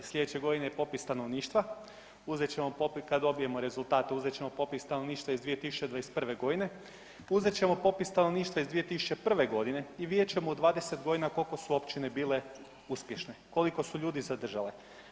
Sljedeće godine je popis stanovništva, kada dobijemo rezultate uzet ćemo popis stanovništva iz 2021.g. uzet ćemo popis stanovništva iz 2001.g. i vidjet ćemo u 20 godina koliko su općine bile uspješne koliko su ljudi zadržale.